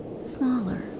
smaller